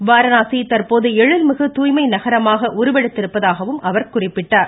வாரணாசி தற்போது எழில்மிகு தூய்மை நகரமாக உருவெடுத்திருப்பதாகவும் அவர் குறிப்பிட்டார்